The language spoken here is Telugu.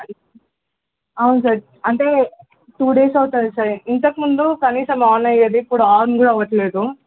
అవును సార్ అంటే టూ డేస్ అవుతుంది సార్ ఇంతకముందు కనీసం ఆన్ అయ్యేది ఇప్పుడు ఆన్ కూడా అవ్వట్లేదు